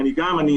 זה